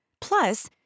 Plus